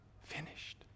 Finished